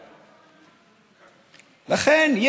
לכן,